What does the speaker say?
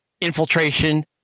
infiltration